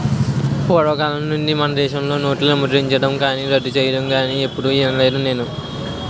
పూర్వకాలం నుండి మనదేశంలో నోట్లు ముద్రించడమే కానీ రద్దు సెయ్యడం ఎప్పుడూ ఇనలేదు నేను